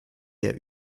der